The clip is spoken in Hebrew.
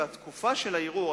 והתקופה של הערעור,